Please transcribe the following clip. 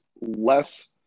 less